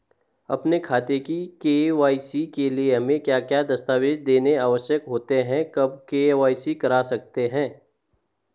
अपने खाते की के.वाई.सी के लिए हमें क्या क्या दस्तावेज़ देने आवश्यक होते हैं कब के.वाई.सी करा सकते हैं?